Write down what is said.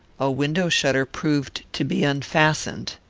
a window-shutter proved to be unfastened.